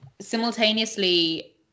simultaneously